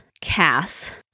Cass